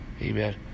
amen